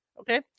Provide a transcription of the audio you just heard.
Okay